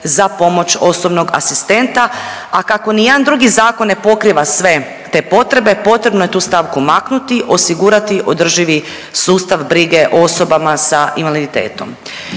za pomoć osobnog asistenta, a kako nijedan drugi zakon ne pokriva sve te potrebe potrebno je tu stavku maknuti i osigurati održivi sustav brige osobama sa invaliditetom.